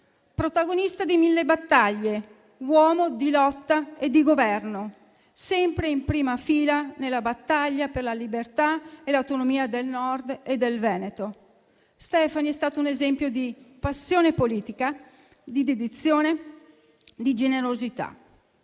Protagonista di mille battaglie, uomo di lotta e di Governo, sempre in prima fila nella battaglia per la libertà e l'autonomia del Nord e del Veneto, Stefani è stato un esempio di passione politica, di dedizione e di generosità.